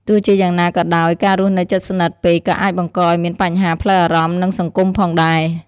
ទោះជាយ៉ាងណាក៏ដោយ ការរស់នៅជិតស្និទ្ធពេកក៏អាចបង្កឲ្យមានបញ្ហាផ្លូវអារម្មណ៍ និងសង្គមផងដែរ។